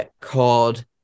called